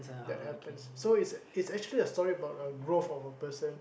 that happens so it's it's actually a story about a growth of a person